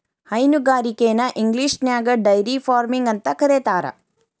ಹೈನುಗಾರಿಕೆನ ಇಂಗ್ಲಿಷ್ನ್ಯಾಗ dairy farming ಅಂತ ಕರೇತಾರ